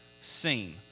seen